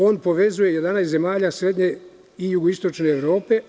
On povezuje 11 zemalja srednje i jugoistične Evrope.